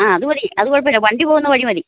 അഹ് അതുമതി അത് കുഴപ്പമില്ല വണ്ടി പോകുന്ന വഴി മതി